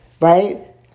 Right